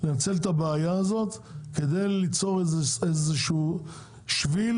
ננצל את הבעיה הזאת כדי ליצור איזשהו שביל,